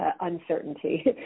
uncertainty